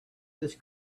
this